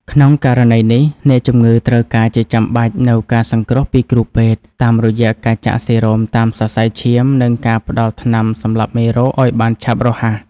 ក្នុងករណីនេះ អ្នកជំងឺត្រូវការជាចាំបាច់នូវការសង្គ្រោះពីគ្រូពេទ្យ តាមរយៈការចាក់សេរ៉ូមតាមសរសៃឈាម និងការផ្តល់ថ្នាំសម្លាប់មេរោគឱ្យបានឆាប់រហ័ស។